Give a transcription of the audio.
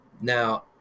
Now